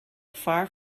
far